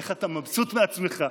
איך אתה מבסוט מעצמך,